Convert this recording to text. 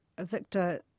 Victor